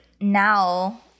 now